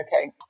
Okay